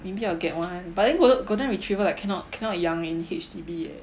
maybe I'll get one but then golden retriever like cannot cannot 养 in H_D_B leh